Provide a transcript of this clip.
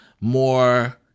more